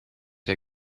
der